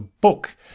book